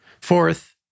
Fourth